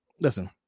Listen